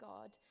God